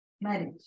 marriage